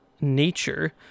nature